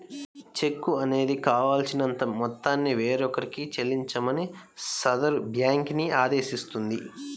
చెక్కు అనేది కావాల్సినంత మొత్తాన్ని వేరొకరికి చెల్లించమని సదరు బ్యేంకుని ఆదేశిస్తుంది